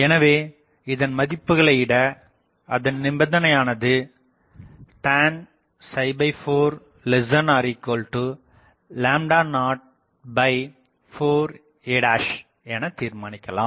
எனவே இதன் மதிப்புகளைஇட அதன் நிபந்தனையானது tan 4 04a என தீர்மானிக்கலாம்